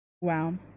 wow